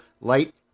Light